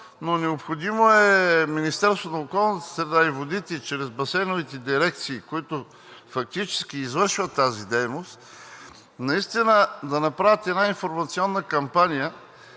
Необходимо е Министерството на околната среда и водите чрез басейновите дирекции, които фактически извършват тази дейност, да направят една информационна кампания